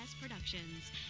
Productions